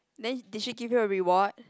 then did she give you a reward